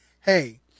hey